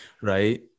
right